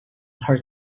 her